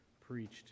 preached